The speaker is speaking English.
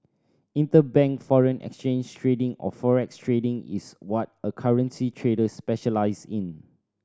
interbank foreign exchange trading or forex trading is what a currency trader specialises in